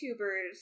YouTubers